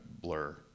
blur